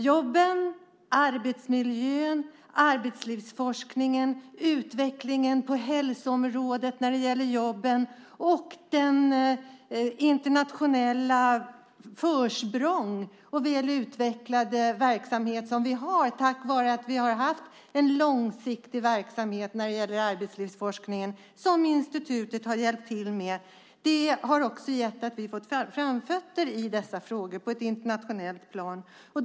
Jobben, arbetsmiljön, arbetslivsforskningen, utvecklingen på hälsoområdet när det gäller jobben samt det internationella försprång och den väl utvecklade verksamhet som vi har tack vare att vi haft en långsiktig verksamhet när det gäller den arbetslivsforskning som institutet hjälpt till med har också gjort att vi på det internationella planet kunnat visa framfötterna i dessa frågor.